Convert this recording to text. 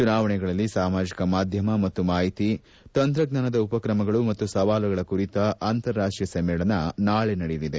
ಚುನಾವಣೆಗಳಲ್ಲಿ ಸಾಮಾಜಕ ಮಾಧ್ಯಮ ಮತ್ತು ಮಾಹಿತಿ ತಂತ್ರಜ್ಞಾನದ ಉಪಕ್ರಮಗಳು ಮತ್ತು ಸವಾಲುಗಳು ಕುರಿತ ಅಂತಾರಾಷ್ಷೀಯ ಸಮ್ಮೇಳನ ನಾಳೆ ನಡೆಯಲಿದೆ